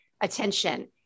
attention